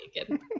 again